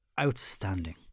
outstanding